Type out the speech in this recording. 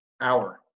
hour